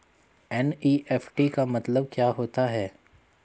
NEFT का मतलब क्या होता है?